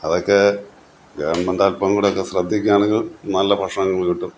അതൊക്കെ ഗവൺമെൻ്റ് അല്പം കൂടെയൊക്കെ ശ്രദ്ധിക്കുകയാണെങ്കിൽ നല്ല ഭക്ഷണങ്ങൾ കിട്ടും